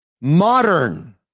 modern